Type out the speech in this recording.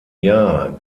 jahr